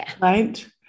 right